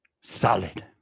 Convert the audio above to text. Solid